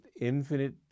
infinite